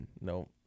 No